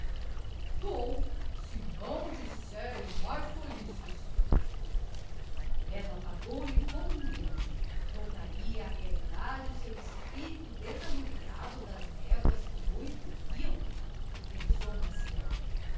dou si não disseres mais tolices ella pagou-lhe com um beijo voltaria á realidade o seu espirito desannuviado das névoas que o envolviam pensou maciel